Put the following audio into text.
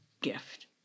gift